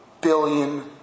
billion